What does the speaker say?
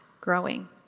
growing